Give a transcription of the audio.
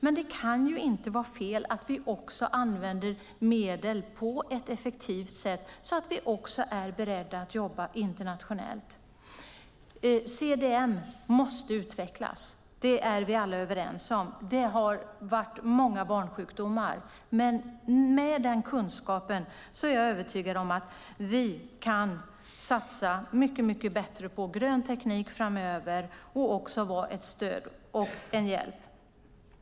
Men det kan inte vara fel att vi använder medel på ett effektivt sätt och också är beredda att jobba internationellt. CDM måste utvecklas. Det är vi alla överens om. Det har varit många barnsjukdomar. Men med den kunskapen är jag övertygad om att vi kan satsa mycket bättre på grön teknik framöver och också vara ett stöd och en hjälp.